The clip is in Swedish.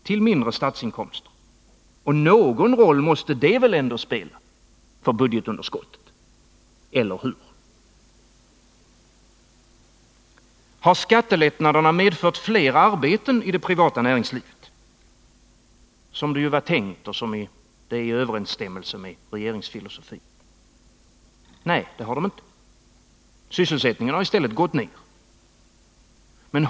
Till mindre statsinkomster. Någon roll spelar väl detta för budgetunderskottet. Eller hur? Har skattelättnaderna medfört fler arbeten i det privata näringslivet, som det ju var tänkt enligt regeringens filosofi? Nej. Sysselsättningen har gått ner.